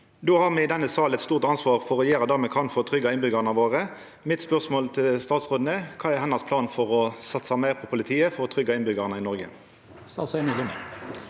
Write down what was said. Då har me i denne salen eit stort ansvar for å gjera det me kan for å tryggja innbyggjarane våre. Mitt spørsmål til statsråden er: Kva er planen hennar for å satsa meir på politiet for å tryggja innbyggjarane i Noreg?